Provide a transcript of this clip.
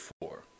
four